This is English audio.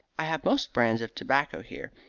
i have most brands of tobacco here.